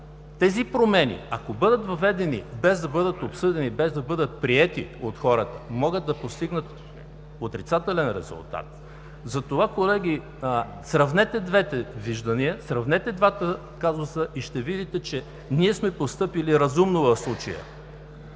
тези промени бъдат въведени без да бъдат обсъдени, без да бъдат приети от хората, могат да постигнат отрицателен резултат. Затова, колеги, сравнете двете виждания, сравнете двата казуса и ще видите, че ние сме постъпили разумно в случая.